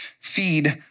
feed